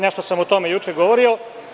Nešto sam o tome juče govorio.